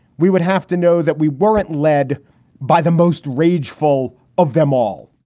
we would have to know that we weren't led by the most rageful of them all